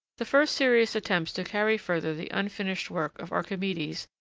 the first serious attempts to carry further the unfinished work of archimedes,